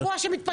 קבוע שמתפטר?